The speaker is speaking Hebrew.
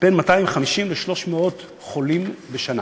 בין 250 ל-300 חולים בשנה.